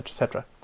et cetera,